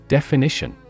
Definition